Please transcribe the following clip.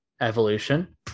evolution